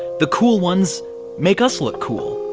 the cool ones make us look cool.